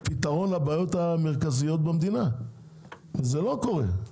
פתרון לבעיות המרכזיות במדינה וזה לא קורה.